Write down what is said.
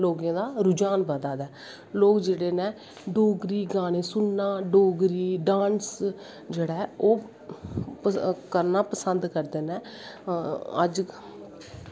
लोगें दा रूझान बधदा दा ऐ लोग जेह्ड़े न डोगरी गाने सुनना डोगरी डांस जेह्ड़ा ऐ ओह् करना पसंद करदे नै अज्ज